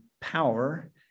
power